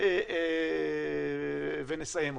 ונסיים אותו,